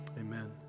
amen